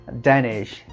Danish